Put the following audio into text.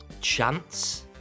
chance